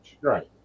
Right